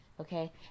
okay